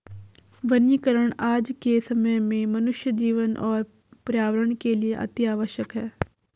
वनीकरण आज के समय में मनुष्य जीवन और पर्यावरण के लिए अतिआवश्यक है